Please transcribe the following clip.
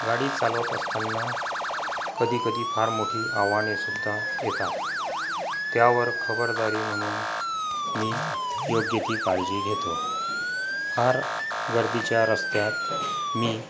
गाडी चालवत असताना कधीकधी फार मोठी आव्हानेसुद्धा येतात त्यावर खबरदारी म्हणून मी योग्य ती काळजी घेतो फार गर्दीच्या रस्त्यात मी